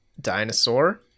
Dinosaur